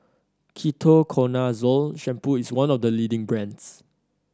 Ketoconazole Shampoo is one of the leading brands